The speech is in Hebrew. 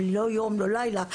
ולא יום ולא לילה,